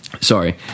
sorry